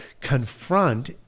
confront